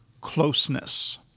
closeness